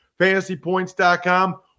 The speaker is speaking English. FantasyPoints.com